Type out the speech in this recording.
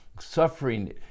Suffering